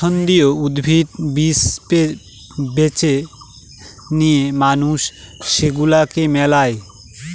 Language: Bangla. পছন্দীয় উদ্ভিদ, বীজ বেছে নিয়ে মানুষ সেগুলাকে মেলায়